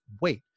wait